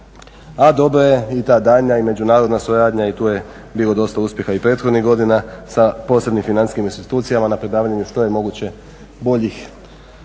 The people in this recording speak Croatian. a dobro je i ta daljnja i međunarodna suradnja i tu je bilo dosta uspjeha i prethodnih godina sa posebnim financijskim institucijama … što je moguće boljih